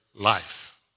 life